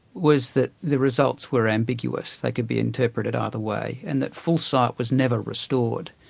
was that the results were ambiguous, they could be interpreted either way, and that full sight was never restored.